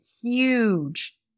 huge